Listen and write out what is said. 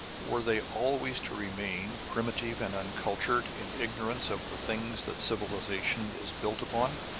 were they always to remain, primitive and uncultured, in ignorance of the things that civilization is built upon,